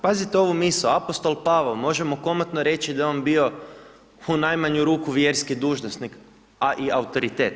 Pazite ovu misao, apostol Pavao, možemo komotno reći, da je on bio u najmanju ruku vjerski dužnosnik a i autoritet.